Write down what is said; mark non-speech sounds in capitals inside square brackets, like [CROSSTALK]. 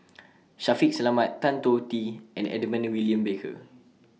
[NOISE] Shaffiq Selamat Tan [UNINTELLIGIBLE] Tee and Edmund William Barker